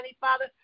Father